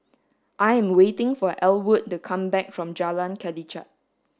I am waiting for Elwood to come back from Jalan Kelichap